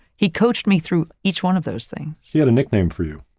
he coached me through each one of those things. he had a nickname for you.